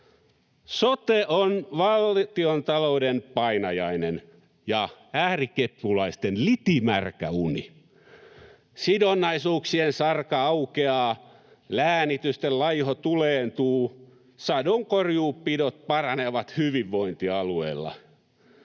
Sote on valtiontalouden painajainen ja äärikepulaisten litimärkä uni. Sidonnaisuuksien sarka aukeaa, läänitysten laiho tuleentuu, ja sadonkorjuupidot paranevat hyvinvointialueilla.